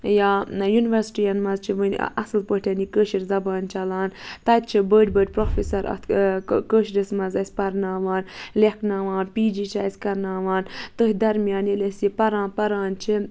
یا یوٗنِوَرسِٹیَن منٛز چھِ وٕنہِ اَصٕل پٲٹھۍ یہِ کٲشِر زبان چلان تَتہِ چھِ بٔڑۍ بٔڑۍ پرٛوفیسَر اَتھ کہٕ کٲشِرِس منٛز اَسہِ پَرناوان لیکھناوان پی جی چھِ اَسہِ کَرناوان تٔتھۍ درمیان ییٚلہِ أسۍ یہِ پران پران چھِ